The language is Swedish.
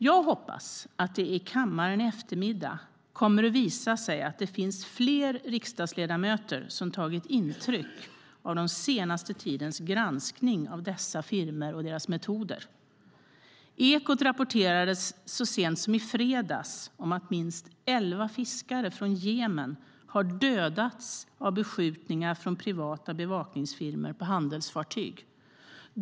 Jag hoppas att det i kammaren i eftermiddag kommer att visa sig att det finns fler riksdagsledamöter som tagit intryck av den senaste tidens granskning av dessa firmor och deras metoder. Ekot rapporterade så sent som i fredags om att minst elva fiskare från Jemen dödats vid beskjutningar från privata bevakningsfirmor på handelsfartyg.